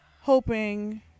hoping